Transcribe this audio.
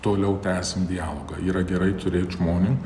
toliau tęsim dialogą yra gerai turėt žmonių